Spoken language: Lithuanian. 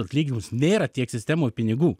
atlyginimus nėra tiek sistemoj pinigų